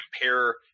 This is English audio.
compare